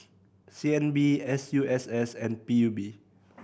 C N B S U S S and P U B